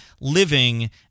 living